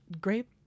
great